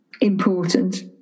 important